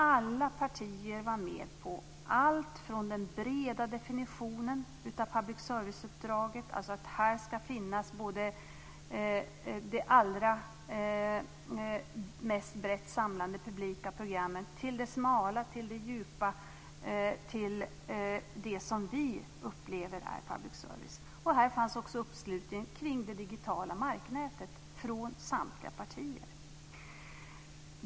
Alla partier var med på den breda definitionen av public serviceuppdraget, dvs. att här ska finnas både de allra mest brett samlande publika programmen och de smala och djupa - det som vi upplever är public service. Här fanns också en uppslutning kring det digitala marknätet från samtliga partier.